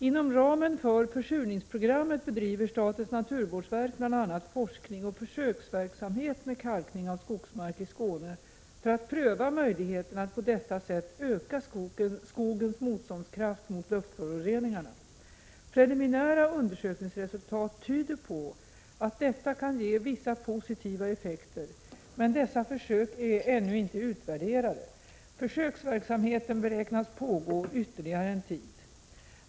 Inom ramen för försurningsprogrammet bedriver statens naturvårdsverk bl.a. forskning och försöksverksamhet med kalkning av skogsmark i Skåne för att pröva möjligheterna att på detta sätt öka skogens motståndskraft mot luftföroreningarna. Preliminära undersökningsresultat tyder på att detta kan ge vissa positiva effekter, men dessa försök är ännu inte utvärderade. Försöksverksamheten beräknas pågå ytterligare en tid.